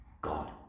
God